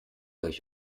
euch